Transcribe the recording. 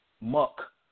muck